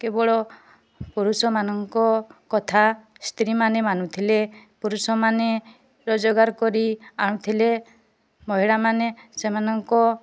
କେବଳ ପୁରୁଷମାନଙ୍କ କଥା ସ୍ତ୍ରୀ ମାନେ ମାନୁଥିଲେ ପୁରୁଷ ମାନେ ରୋଜଗାର କରି ଆଣୁଥିଲେ ମହିଳାମାନେ ସେମାନଙ୍କ